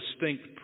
distinct